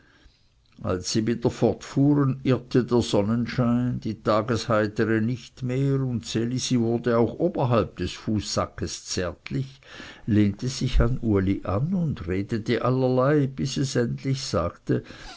als sie wieder fortfuhren irrte der sonnenschein die tagesheiteri nicht mehr und ds elisi wurde auch oberhalb des fußsackes zärtlich lehnte sich an uli an und redete allerlei bis es endlich sagte